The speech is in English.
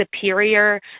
Superior